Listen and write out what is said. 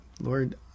Lord